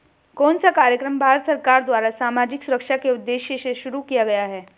कौन सा कार्यक्रम भारत सरकार द्वारा सामाजिक सुरक्षा के उद्देश्य से शुरू किया गया है?